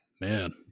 Man